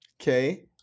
Okay